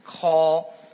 call